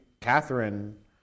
Catherine